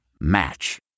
Match